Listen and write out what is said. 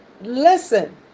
listen